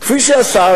כפי שעשה,